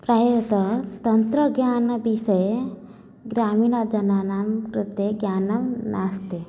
प्रायशः तन्त्रज्ञानविषये ग्रामीणजनानां कृते ज्ञानं नास्ति